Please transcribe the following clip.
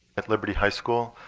at liberty high school,